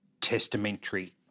testamentary